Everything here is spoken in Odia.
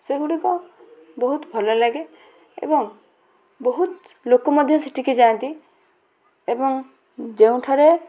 ସେଗୁଡ଼ିକ ବହୁତ ଭଲ ଲାଗେ ଏବଂ ବହୁତ ଲୋକ ମଧ୍ୟ ସେଠିକି ଯାଆନ୍ତି ଏବଂ ଯେଉଁଠାରେ